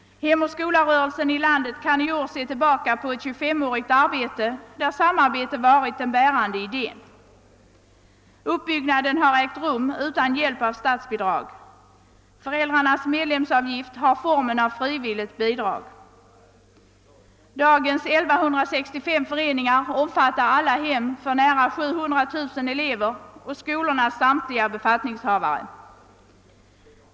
Hemoch Skola-rörelsen i landet kan i år se tillbaka på ett 25-årigt arbete, där samarbete varit den bärande idén. Uppbyggnaden har ägt rum utan hjälp av statsbidrag. Föräldrarnas medlemsavgift har formen av frivilligt bidrag. Dagens 1165 föreningar omfattar alla hem för nära 700 000 elever och sko lornas samtliga befattningshavare.